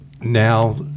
now